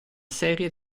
serie